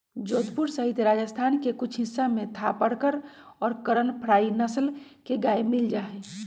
जोधपुर सहित राजस्थान के कुछ हिस्सा में थापरकर और करन फ्राइ नस्ल के गाय मील जाहई